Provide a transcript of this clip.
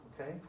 Okay